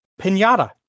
pinata